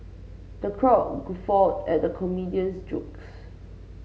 the crowd guffawed at the comedian's jokes